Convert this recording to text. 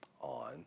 on